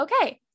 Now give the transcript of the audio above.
Okay